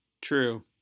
true